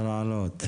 הרעלות.